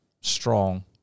strong